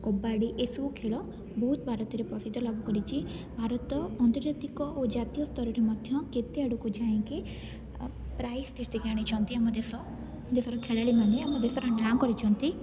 କବାଡ଼ି ଏସବୁ ଖେଳ ବହୁତ ଭାରତରେ ପ୍ରସିଦ୍ଧ ଲାଭ କରିଛି ଭାରତ ଅନ୍ତର୍ଜାତିକ ଓ ଜାତୀୟ ସ୍ତରରେ ମଧ୍ୟ କେତେଆଡ଼କୁ ଯାଇକି ପ୍ରାଇଜ୍ ଜିତିକି ଆଣିଛନ୍ତି ଆମ ଦେଶ ଦେଶର ଖେଳାଳିମାନେ ଆମ ଦେଶର ନାଁ କରିଛନ୍ତି